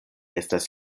estas